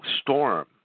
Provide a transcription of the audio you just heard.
storm